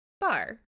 bar